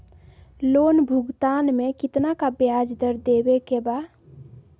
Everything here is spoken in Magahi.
लोन भुगतान में कितना का ब्याज दर देवें के बा?